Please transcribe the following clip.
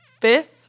fifth